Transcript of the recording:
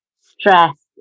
stress